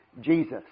Jesus